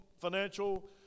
financial